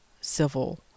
civil